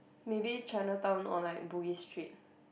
maybe Chinatown or like Bugis Street